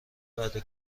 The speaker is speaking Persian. بعده